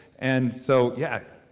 and so, yeah,